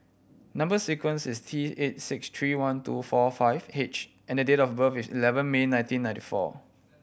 number sequence is T eight six three one two four five H and the date of birth is eleven May nineteen ninety four